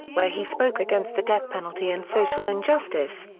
where he spoke against the death penalty and social injustice,